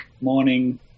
morning